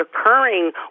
occurring